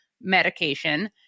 medication